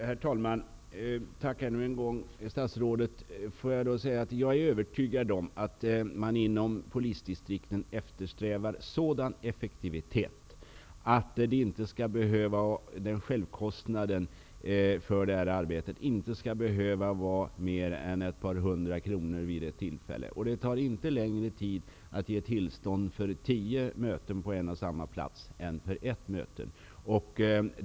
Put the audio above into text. Herr talman! Tack ännu en gång, statsrådet. Jag är övertygad om att man inom polisdistrikten eftersträvar sådan effektivitet att självkostnaden för det arbetet inte skall behöva vara mer än ett par hundra kronor vid ett tillfälle. Det tar inte längre tid att ge tillstånd för tio möten på en och samma plats än för ett möte.